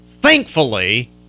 Thankfully